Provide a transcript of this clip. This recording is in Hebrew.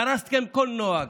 דרסתם כל נוהג.